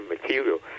material